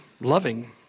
loving